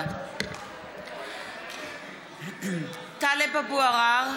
(קוראת בשמות חברי הכנסת) טלב אבו עראר,